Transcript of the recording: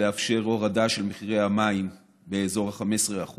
לאפשר הורדה של מחירי המים באזור ה-15%,